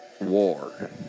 war